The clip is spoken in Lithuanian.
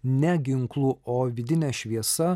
ne ginklu o vidine šviesa